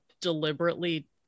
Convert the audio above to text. deliberately